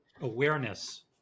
awareness